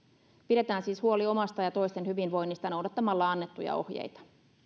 pidetään siis huoli omasta ja toisten hyvinvoinnista noudattamalla annettuja ohjeita